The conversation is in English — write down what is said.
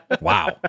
Wow